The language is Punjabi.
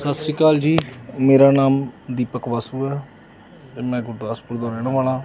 ਸਤਿ ਸ਼੍ਰੀ ਅਕਾਲ ਜੀ ਮੇਰਾ ਨਾਮ ਦੀਪਕ ਵਾਸੂ ਆ ਅਤੇ ਮੈਂ ਗੁਰਦਾਸਪੁਰ ਦਾ ਰਹਿਣ ਵਾਲਾ